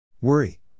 Worry